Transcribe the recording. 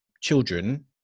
children